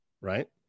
Right